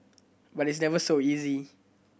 but it's never so easy